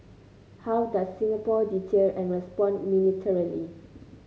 how does Singapore deter and respond militarily